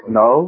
no